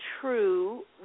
true